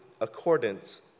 accordance